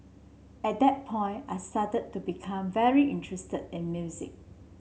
at that point I started to become very interested in music